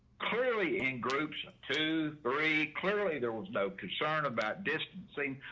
clearly in groups to very clearly there was no concern about distancing,